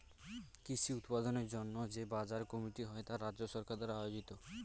কৃষি উৎপাদনের জন্য যে বাজার কমিটি হয় তা রাজ্য সরকার দ্বারা আয়োজিত